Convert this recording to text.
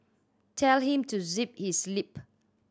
tell him to zip his lip